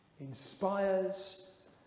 inspires